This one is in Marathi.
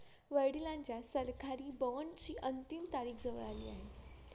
वडिलांच्या सरकारी बॉण्डची अंतिम तारीख जवळ आली आहे